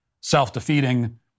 self-defeating